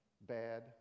bad